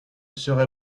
serai